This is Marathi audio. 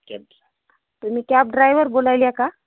केब तुम्ही कॅब ड्रायवर बोलायले का